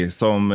som